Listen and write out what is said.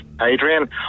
Adrian